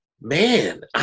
man